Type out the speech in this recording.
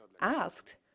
asked